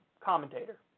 commentator